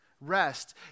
Rest